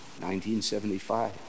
1975